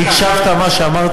חבר הכנסת אחמד